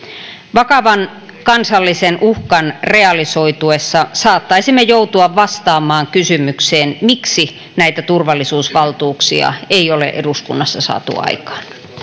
vakavan kansallisen uhkan realisoituessa saattaisimme joutua vastaamaan kysymykseen miksi näitä turvallisuusvaltuuksia ei ole eduskunnassa saatu aikaan